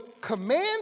command